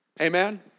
Amen